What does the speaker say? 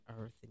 earth